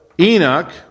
Enoch